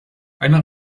einer